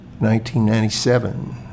1997